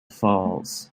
falls